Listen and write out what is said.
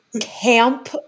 camp